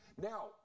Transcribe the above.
now